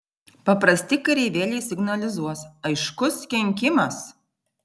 paprasti kareivėliai signalizuos aiškus kenkimas